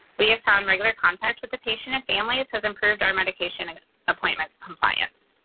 we have found regular contact with the patient and families have improved our medication's and appointment's compliance.